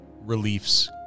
reliefs